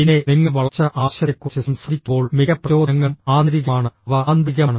പിന്നെ നിങ്ങൾ വളർച്ചാ ആവശ്യത്തെക്കുറിച്ച് സംസാരിക്കുമ്പോൾ മിക്ക പ്രചോദനങ്ങളും ആന്തരികമാണ് അവ ആന്തരികമാണ്